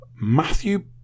Matthew